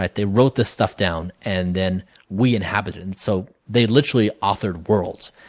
like they wrote this stuff down and then we inhabit it. and so, they literally authored worlds.